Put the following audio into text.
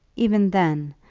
even then,